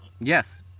Yes